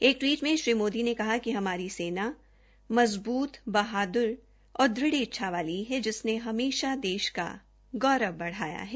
एक टवीट में श्री मोदी ने कहा कि हमारी सेना मज़बूत और दृढ़ इच्छा वाली है जिसमें हमेशा देश का गौरव बढ़ाया है